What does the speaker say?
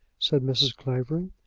said mrs. clavering.